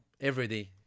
everyday